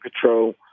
Control